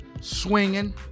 Swinging